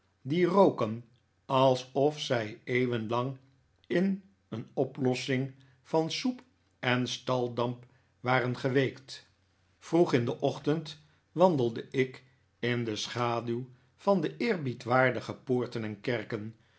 die roken alsof zij eeuwen lang in een oplossing van soep en staldamp waren geweekt vroeg in den ochtend wandelde ik in de schaduw van de eerbiedwaardige poorten en kerken